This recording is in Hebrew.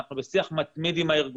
אנחנו בשיח מתמיד עם הארגונים.